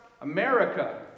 America